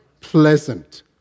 pleasant